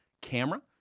camera